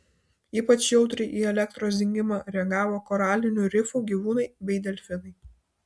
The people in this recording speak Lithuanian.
ypač jautriai į elektros dingimą reagavo koralinių rifų gyvūnai bei delfinai